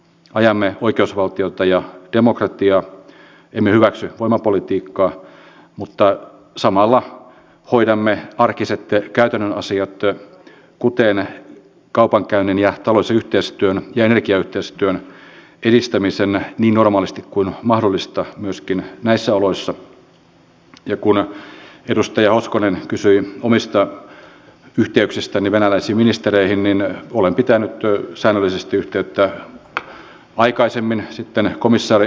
nyt sosiaali ja terveysministeriön puolella olisi vielä hieman työtä jäljellä ja toivoisin että te arvoisa sosiaali ja terveysministeri mäntylä ottaisitte tämän nyt kaiken muuan ison työnne rinnalla hoidettavaksi kuntoon sillä on daeshin uhka ja nämä operaatiot menevät entistä vaarallisemmiksi ja tämän turvan pitää olla kunnossa